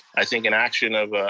i think, an action of